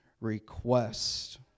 request